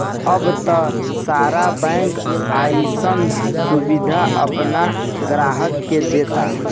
अब त सारा बैंक अइसन सुबिधा आपना ग्राहक के देता